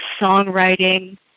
songwriting